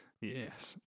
yes